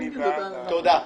תודה.